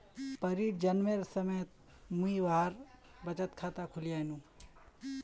परीर जन्मेर समयत मुई वहार बचत खाता खुलवैयानु